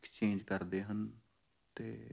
exchange ਕਰਦੇ ਹਨ ਅਤੇ